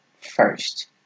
First